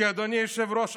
כי אדוני היושב-ראש,